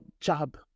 job